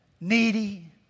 needy